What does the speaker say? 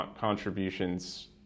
contributions